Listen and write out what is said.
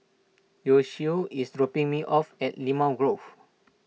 Yoshio is dropping me off at Limau Grove